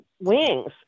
wings